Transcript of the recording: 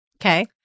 Okay